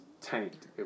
tanked